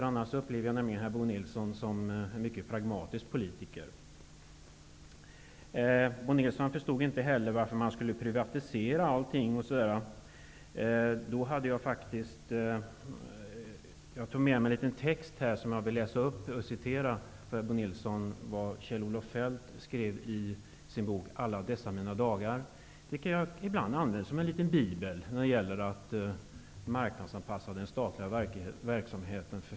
Annars upplever jag att herr Nilsson är en mycket pragmatisk politiker. Bo Nilsson förstod inte heller varför allting skall privatiseras. Jag har tagit med en text som jag vill läsa upp för Bo Nilsson. Det är ett citat från Kjell Olof Feldts bok Alla dessa dagar, som jag ibland använder som en bibel när det gäller att marknadsanpassa den statliga verksamheten.